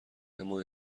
اما